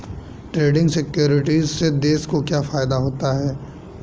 Trading securities से देश को क्या फायदा होता है?